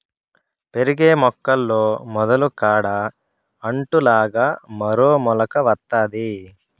పెరిగే మొక్కల్లో మొదలు కాడ అంటు లాగా మరో మొలక వత్తాది